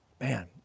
man